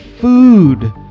food